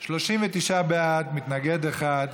39 בעד, מתנגד אחד.